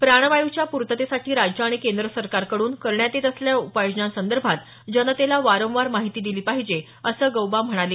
प्राणवायुच्या पूर्ततेसाठी राज्य आणि केंद्र सरकारकडून करण्यात येत असलेल्या उपाययोजनांसंदर्भात जनतेला वारंवार माहिती दिली पाहिजे असं गौबा म्हणाले